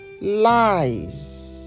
lies